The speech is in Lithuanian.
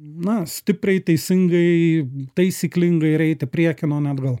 na stipriai teisingai taisyklingai ir eiti priekin o ne atgal